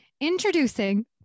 Introducing